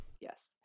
Yes